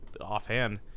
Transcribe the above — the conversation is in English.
offhand